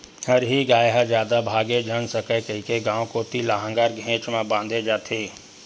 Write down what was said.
हरही गाय ह जादा भागे झन सकय कहिके गाँव कोती लांहगर घेंच म बांधे जाथे